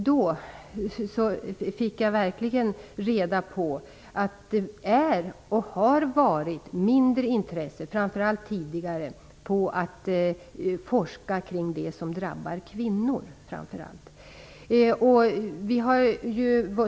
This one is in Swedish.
Då fick jag verkligen reda på att det är och har varit mindre intresse, framför allt tidigare, för att forska kring det som drabbar kvinnor.